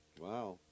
Wow